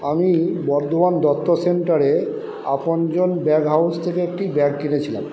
আমি বর্ধমান দত্ত সেন্টারে Apanjan bag house থেকে একটি ব্যাগ কিনেছিলাম